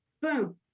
boom